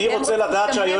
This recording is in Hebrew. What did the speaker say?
הם רוצים שגם הם